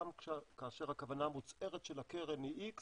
גם כאשר הכוונה המוצהרת של הקרן היא X